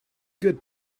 good